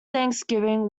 thanksgiving